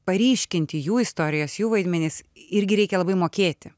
paryškinti jų istorijas jų vaidmenis irgi reikia labai mokėti